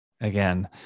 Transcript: again